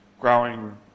growing